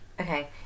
okay